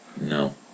No